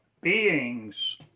beings